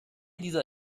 dieser